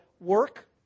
work